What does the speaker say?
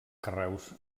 carreus